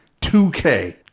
2K